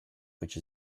which